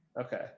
okay